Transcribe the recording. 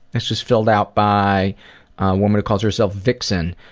this is filled out by a woman who calls herself vixen.